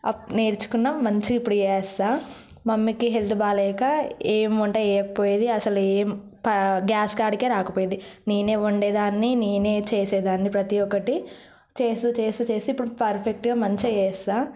up నేర్చుకున్నా మంచిగా ఇప్పుడు చేస్తా మమ్మీకి హెల్త్ బాగలేక ఏమి వంట చేయకపోయేది అసలు ఏం గ్యాస్ కాడికే రాకపోయేది నేనే వండేదాన్ని నేనే చేసేదాన్ని ప్రతీ ఒకటి చేస్తు చేస్తు చేస్తు ఇప్పుడు పర్ఫెక్ట్గా మంచిగా చేస్తాను